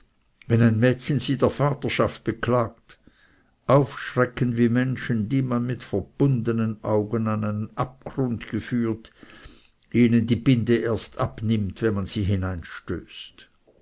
wenn ein mädchen sie der vaterschaft beklagt aufschrecken wie menschen die man mit verbundenen augen an einen abgrund geführt ihnen die binde erst abnimmt wenn man sie